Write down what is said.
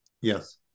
Yes